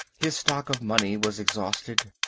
his stock of money was exhausted.